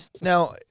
now